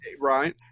Right